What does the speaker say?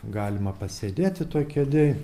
galima pasėdėti toj kėdėj